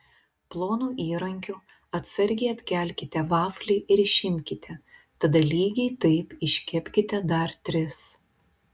plonu įrankiu atsargiai atkelkite vaflį ir išimkite tada lygiai taip iškepkite dar tris